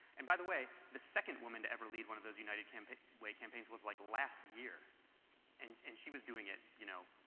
and by the way, the second woman to ever lead one of those united way campaigns was like last year and and she was doing it, you know,